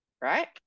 right